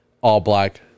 all-black